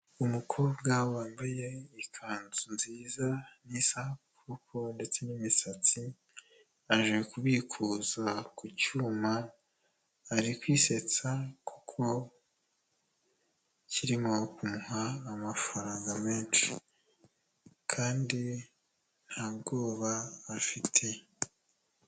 Umukobwa wambaye ikanzu nziza n'isaha ku kuboko ndetse n'imisatsi aje kubikuza ku cyuma ari kwisetsa kuko kirimo kumuha amafaranga menshi kandi nta bwoba afite.